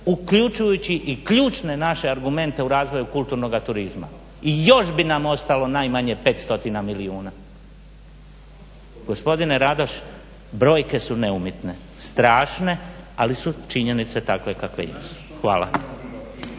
uključujući i ključne naše argumente u razvoju kulturnoga turizma. I još bi nam ostalo najmanje 500 milijuna. Gospodine Radoš, brojke su neumitne, strašne ali su činjenice takve kakve jesu. Hvala.